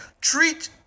treat